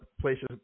places